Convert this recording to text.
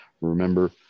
Remember